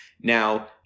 Now